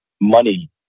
money